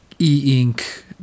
e-ink